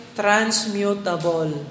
transmutable